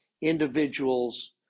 individuals